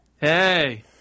Hey